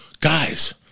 Guys